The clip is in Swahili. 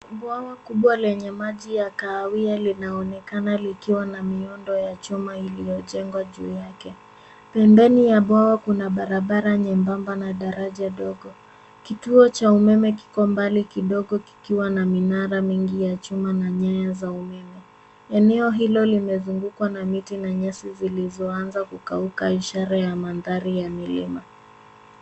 Bwawa kubwa lenye maji ya kahawia linaonekana likiwa na miundo ya chuma iliyojengwa juu yake. Pempeni ya bwawa kuna barabara nyembamba na daraja dogo. Kituo cha umeme kiko mbali kidogo kikiwa na minara mingi ya chuma na nyaya za umeme. Eneo hilo limezungukwa na miti na nyasi zilizoanza kukauka ishara madhari ya milima.